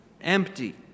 empty